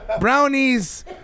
brownies